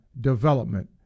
development